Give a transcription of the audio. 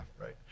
right